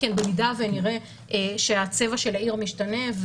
אם נראה שהצבע של העיר ישתנה,